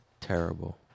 Terrible